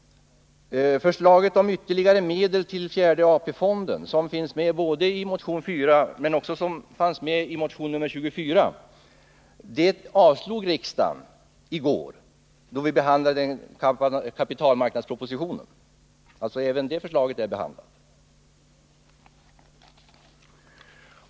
Förslaget om ytterligare medel till fjärde AP-fonden, som finns med både i Åtgärder för att stabilisera ekono motion 4 och i motion 24, avslog riksdagen i går då vi behandlade kapitalmarknadspropositionen. Även det förslaget är alltså behandlat.